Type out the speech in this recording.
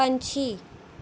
ਪੰਛੀ